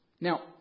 Now